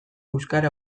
euskara